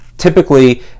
Typically